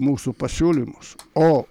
mūsų pasiūlymus o